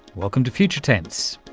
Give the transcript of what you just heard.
welcome to future tense.